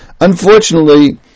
Unfortunately